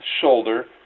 shoulder